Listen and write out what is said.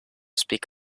speak